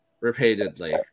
repeatedly